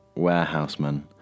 warehouseman